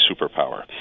superpower